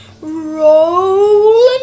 Roll